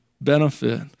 benefit